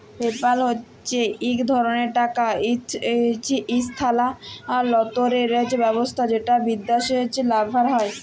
PayPal হছে ইক ধরলের টাকা ইসথালালতরের ব্যাবস্থা যেট বিদ্যাশে ব্যাভার হয়